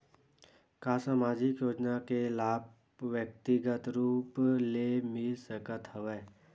का सामाजिक योजना के लाभ व्यक्तिगत रूप ले मिल सकत हवय?